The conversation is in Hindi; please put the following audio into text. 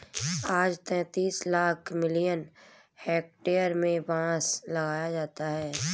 आज तैंतीस लाख मिलियन हेक्टेयर में बांस लगाया जाता है